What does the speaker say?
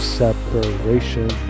separation